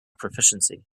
proficiency